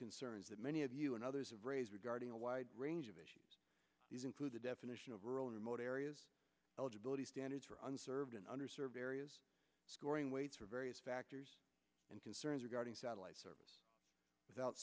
concerns that many of you and others have raised regarding a wide range of issues these include the definition of rural and remote areas eligibility standards or unserved in under served areas scoring waits for various factors and concerns regarding satellite service without